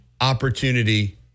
opportunity